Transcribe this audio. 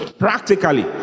Practically